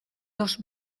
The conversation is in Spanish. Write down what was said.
dos